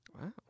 Wow